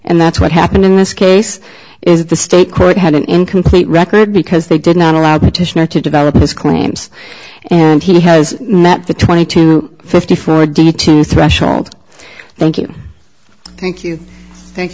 and that's what happened in this case is the state court had an incomplete record because they did not allow the petitioner to develop his claims and he has a twenty to fifty four day to threshold thank you thank you thank